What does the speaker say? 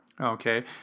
okay